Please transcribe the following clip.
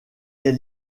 est